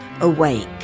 awake